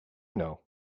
know